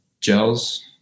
gels